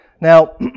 Now